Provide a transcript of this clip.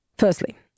Firstly